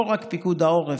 לא רק פיקוד העורף,